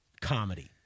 comedy